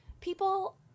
people